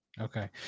Okay